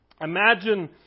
Imagine